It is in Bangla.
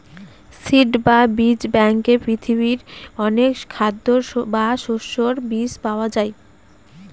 সিড বা বীজ ব্যাঙ্কে পৃথিবীর অনেক খাদ্যের বা শস্যের বীজ পাওয়া যায়